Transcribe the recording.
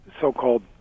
so-called